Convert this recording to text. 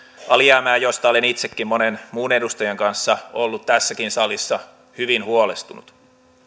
alijäämää josta olen itsekin monen muun edustajan kanssa ollut tässäkin salissa hyvin huolestunut